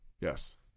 Yes